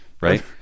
Right